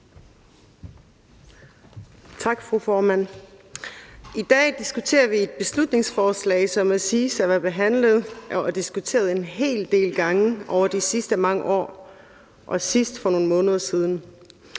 Tak, fru formand. I dag diskuterer vi et beslutningsforslag, som må siges at være behandlet og diskuteret en hel del gange over de sidste mange år og sidst for nogle måneder siden.